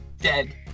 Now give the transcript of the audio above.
Dead